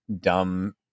dumb